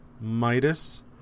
Midas